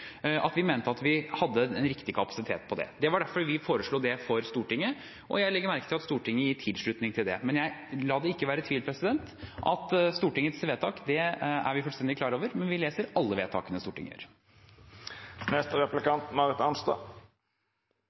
vi hadde en riktig kapasitet på det. Det var derfor vi foreslo det for Stortinget, og jeg legger merke til at Stortinget gir tilslutning til det. La det ikke være tvil om at Stortingets vedtak er vi fullstendig klar over, vi leser alle vedtakene Stortinget gjør.